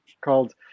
called